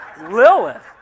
Lilith